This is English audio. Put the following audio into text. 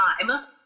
time